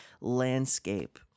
landscape